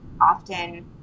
often